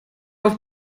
auf